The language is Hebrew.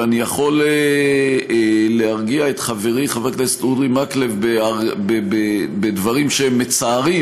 ואני יכול להרגיע את חברי חבר הכנסת אורי מקלב בדברים שהם מצערים,